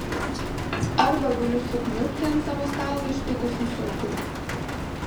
arba galiu sukniubti ant savo stalo ištikus insultui